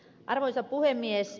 arvoisa puhemies